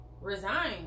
resign